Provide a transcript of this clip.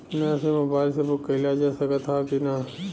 नया SIM mobile से book कइलजा सकत ह कि ना?